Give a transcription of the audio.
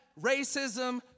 racism